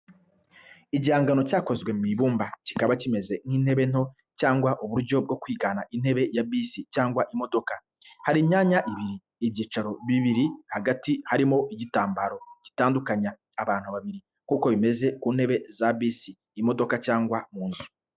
Igihangano cyakozwe mu ibumba kikaba kimeze nk’intebe nto cyangwa uburyo bwo kwigana intebe ya bisi cyangwa imodoka. Hari imyanya ibiri ibyicaro bibiri hagati harimo igitambaro gitandukanya abantu babiri nk’uko bimeze ku ntebe za bisi, imodoka cyangwa mu nzu.